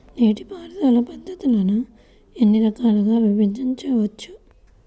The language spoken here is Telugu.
నీటిపారుదల పద్ధతులను ఎన్ని రకాలుగా విభజించవచ్చు?